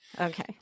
Okay